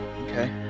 Okay